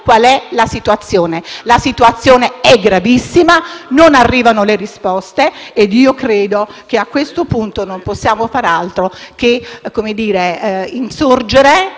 qual è la situazione. La situazione è gravissima e non arrivano le risposte. A questo punto, non possiamo far altro che insorgere.